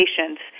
patients